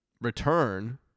return